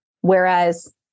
whereas